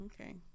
Okay